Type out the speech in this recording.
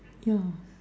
yeah